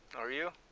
are you?